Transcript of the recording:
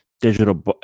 digital